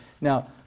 Now